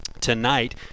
tonight